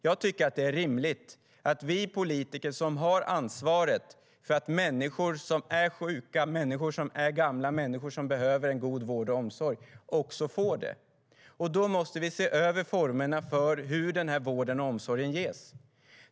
Jag tycker att det är rimligt att vi politiker som har ansvaret för att människor som är sjuka, människor som är gamla och människor som behöver en god vård och omsorg också får det. Då måste vi se över formerna för hur denna vård och omsorg ges.